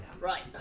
Right